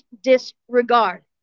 disregard